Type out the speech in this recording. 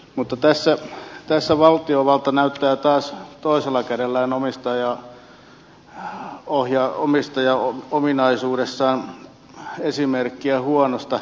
mutta tässä valtiovalta näyttää taas toisella kädellään omistajan ominaisuudessaan esimerkkiä huonosta